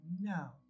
No